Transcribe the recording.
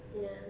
ya